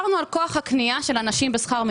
הדיור,